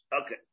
Okay